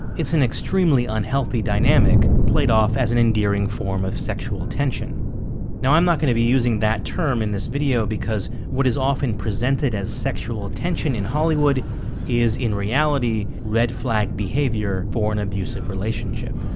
it's an extremely unhealthy dynamic played off as an endearing form of sexual tension now, i'm not going to be using that term in this video because what is often presented as sexual tension in hollywood is, in reality, red flag behavior for an abusive relationship